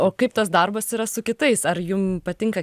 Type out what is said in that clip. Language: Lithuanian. o kaip tas darbas yra su kitais ar jum patinka